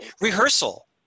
rehearsal